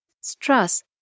stress